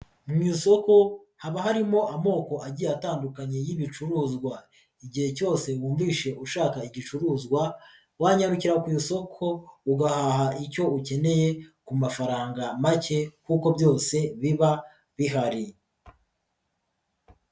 Mu isoko haba harimo amoko agiye atandukanye y'ibicuruzwa, igihe cyose wumviseshe ushaka igicuruzwa wanyarukira kutoko ugahaha icyo ukeneye ku mafaranga make kuko byose biba bihari.